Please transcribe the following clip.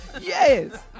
Yes